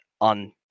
on